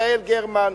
יעל גרמן,